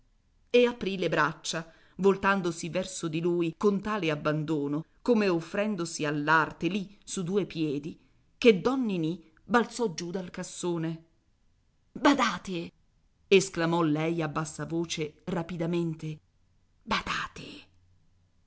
e aprì le braccia voltandosi verso di lui con tale abbandono come offrendosi all'arte lì su due piedi che don ninì balzò giù dal cassone badate esclamò lei a bassa voce rapidamente badate